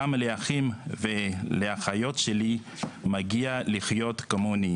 גם לאחים ולאחיות שלי מגיע לחיות כמוני,